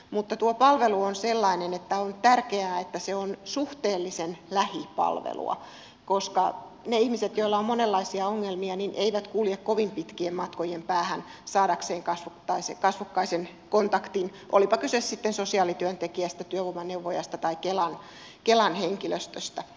mutta tuo palvelu on sellainen että on tärkeää että se on suhteellisen lähipalvelua koska ne ihmiset joilla on monenlaisia ongelmia eivät kulje kovin pitkien matkojen päähän saadakseen kasvokkaisen kontaktin olipa kyse sosiaalityöntekijästä työvoimaneuvojasta tai kelan henkilöstöstä